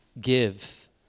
give